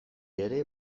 ere